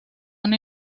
una